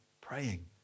praying